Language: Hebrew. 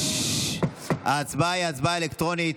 ההצבעה היא הצבעה אלקטרונית.